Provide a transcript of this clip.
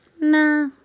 nah